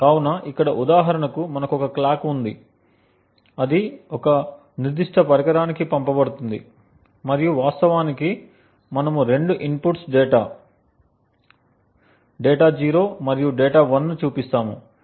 కాబట్టి ఇక్కడ ఉదాహరణకు మనకు ఒక క్లాక్ ఉంది అది ఒక నిర్దిష్ట పరికరానికి పంపబడుతుంది మరియు వాస్తవానికి మనము రెండు ఇన్పుట్స్ డేటా 0 మరియు డేటా 1 ను చూపిస్తాము